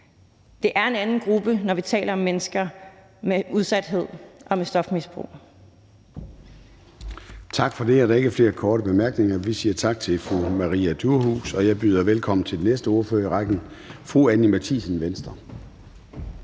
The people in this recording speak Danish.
det er en anden gruppe, når vi taler om mennesker med udsathed og med stofmisbrug.